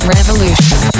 Revolution